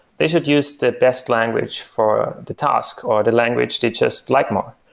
they should use the best language for the task or the language they just like more.